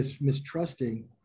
mistrusting